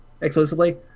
exclusively